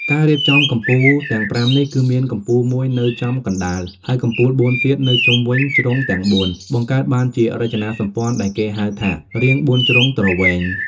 ការរៀបចំកំពូលទាំងប្រាំនេះ គឺមានកំពូលមួយនៅចំកណ្តាល ហើយកំពូលបួនទៀតនៅជុំវិញជ្រុងទាំងបួន បង្កើតបានជារចនាសម្ព័ន្ធដែលគេហៅថា រាងបួនជ្រុងទ្រវែង។